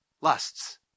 lusts